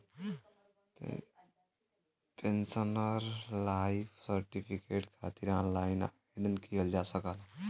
pensioner life certificate खातिर online आवेदन किहल जा सकला